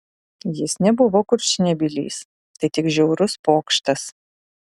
jis nebuvo kurčnebylis tai tik žiaurus pokštas